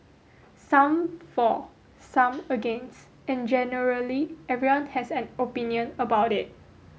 some for some against and generally everyone has an opinion about it